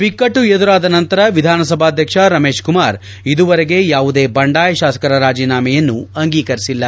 ಬಿಕ್ಕಟ್ಟು ಎದುರಾದ ನಂತರ ವಿಧಾನಸಭಾಧ್ಯಕ್ಷ ರಮೇಶ್ ಕುಮಾರ್ ಇದುವರೆಗೆ ಯಾವುದೇ ಬಂಡಾಯ ಶಾಸಕರ ರಾಜೀನಾಮೆಯನ್ನು ಅಂಗೀಕರಿಸಿಲ್ಲ